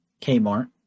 Kmart